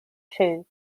true